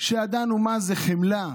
שידענו מה זה חמלה?